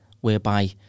whereby